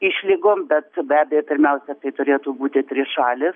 išlygom bet be abejo pirmiausia tai turėtų būti trišalis